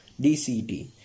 DCT